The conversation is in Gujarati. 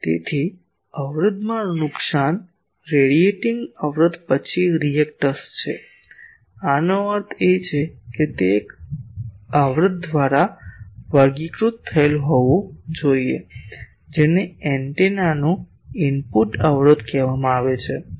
તેથી અવરોધમાં નુકસાન રેડિએટિંગ અવરોધ પછી રીએક્ટસ છે આનો અર્થ એ કે તે તે એક અવરોધ દ્વારા વર્ગીકૃત થયેલ હોવું જોઈએ જેને એન્ટેનાનું ઇનપુટ અવરોધ કહેવામાં આવે છે